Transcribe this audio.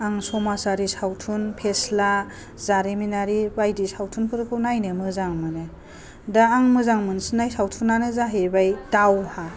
आं समाजारि सावथुन फेस्ला जारिमिनारि बायदि सावथुनफोरखौ नायनो मोजां मोनो दा आं मोजां मोनसिननाय सावथुनानो जाहैबाय दावहा